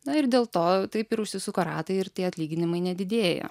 na ir dėl to taip ir užsisuka ratai atlyginimai nedidėja